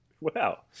Wow